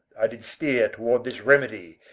i did steere toward this remedy,